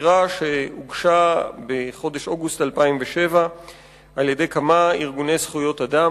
העתירה הוגשה בחודש אוגוסט 2007 על-ידי כמה ארגוני זכויות אדם